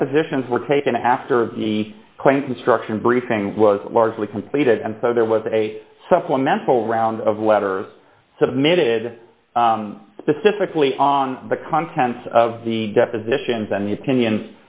depositions were taken after the claim construction briefing was largely completed and so there was a supplemental round of letters submitted specifically on the contents of the depositions and